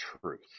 truth